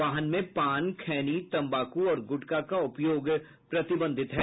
वाहन में पान खैनी तम्बाकू और गुटखा का उपयोग प्रतिबंधित है